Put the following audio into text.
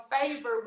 favor